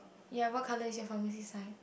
ya what colour is your pharmacy sign